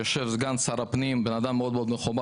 יושב פה סגן שר הפנים, משה ארבל, אדם מאוד מכובד.